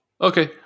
Okay